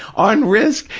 on risk,